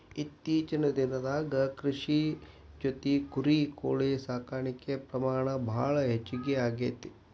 ಇತ್ತೇಚಿನ ದಿನದಾಗ ಕೃಷಿ ಜೊತಿ ಕುರಿ, ಕೋಳಿ ಸಾಕಾಣಿಕೆ ಪ್ರಮಾಣ ಭಾಳ ಹೆಚಗಿ ಆಗೆತಿ